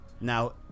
now